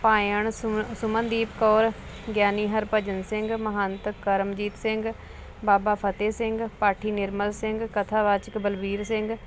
ਪਾਇਨ ਸੁਮਨਦੀਪ ਕੌਰ ਗਿਆਨੀ ਹਰਭਜਨ ਸਿੰਘ ਮਹੰਤ ਕਰਮਜੀਤ ਸਿੰਘ ਬਾਬਾ ਫਤਿਹ ਸਿੰਘ ਪਾਠੀ ਨਿਰਮਲ ਸਿੰਘ ਕਥਾਵਾਚਕ ਬਲਵੀਰ ਸਿੰਘ